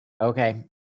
okay